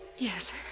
Yes